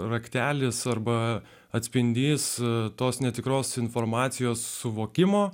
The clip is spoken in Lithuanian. raktelis arba atspindys tos netikros informacijos suvokimo